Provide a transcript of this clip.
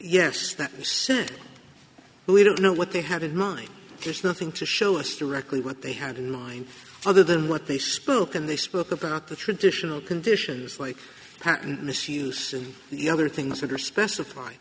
yes since we don't know what they had and not there's nothing to show us directly what they had in mind other than what they spoke and they spoke about the traditional conditions like patent misuse and the other things that are specif